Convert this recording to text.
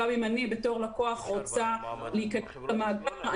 גם אם אני בתור לקוח רוצה להיכנס למאגר,